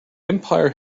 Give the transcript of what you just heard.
empire